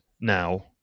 now